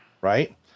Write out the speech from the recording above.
Right